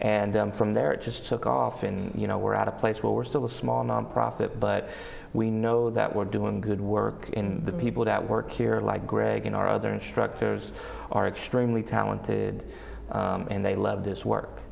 then from there it just took off and you know we're at a place where we're still a small nonprofit but we know that we're doing good work the people that work here like greg and our other instructors are extremely talented and they love this work